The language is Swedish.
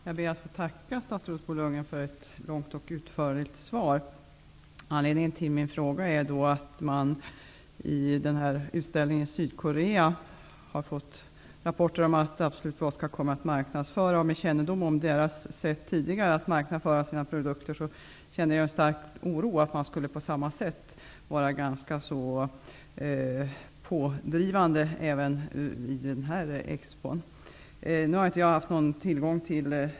Jag ber att få tacka statsrådet Bo Lundgren för ett långt och utförligt svar. Anledningen till min fråga är att jag fått rapporter om att man i den utställning som planeras i Sydkorea kommer att marknadsföra Absolut Vodka. Med kännedom om Vin & Sprits tidigare sätt att marknadsföra sina produkter känner jag en stark oro för att man kommer att vara ganska så pådrivande även vid denna expo.